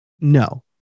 No